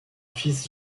fils